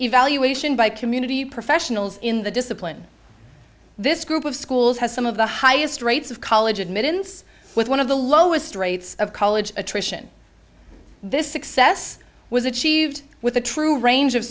evaluation by community professionals in the discipline this group of schools has some of the highest rates of college admittance with one of the lowest rates of college attrition this success was achieved with a true range of